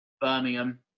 Birmingham